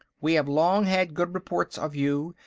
we have long had good reports of you,